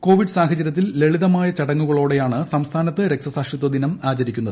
Covid സാഹചരൃത്തിൽ ലളിതമായ ചടങ്ങുകളോടെയാണ് സംസ്ഥാനത്ത് രക്തസാക്ഷിത്വദിനം ആചരിക്കുന്നത്